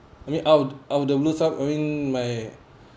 I mean out out of the up I mean my